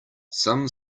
some